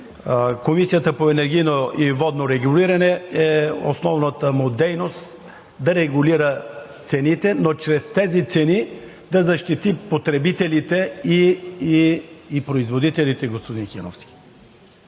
Комисията по енергийно и водно регулиране е да регулира цените, но чрез тези цени да защити потребителите и производителите, господин Хиновски.